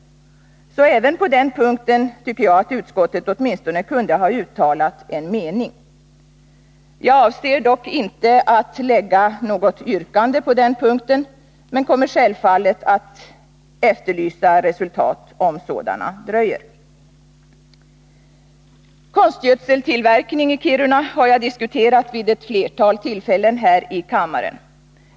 Så även på den punkten tycker jag att utskottet åtminstone borde ha uttalat en mening. Jag avser dock inte att framställa något yrkande på den punkten, men jag kommer självfallet att efterlysa resultat om sådana dröjer. Konstgödseltillverkning i Kiruna har jag diskuterat vid ett flertal tillfällen här i kammaren.